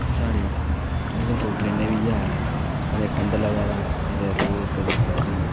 साढ़े रोड़ें दा बी इ'यै हाल ऐ कदें टंडल आवा दा कदें रोड़ कदें पटरी